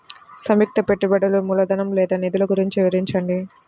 సంయుక్త పెట్టుబడులు మూలధనం లేదా నిధులు గురించి వివరించండి?